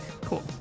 cool